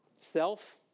Self